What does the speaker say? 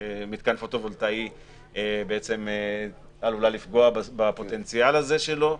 פוטו-וולטאי בעצם עלולה לפגוע בפוטנציאל הזה שלו.